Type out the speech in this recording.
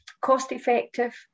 cost-effective